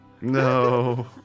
No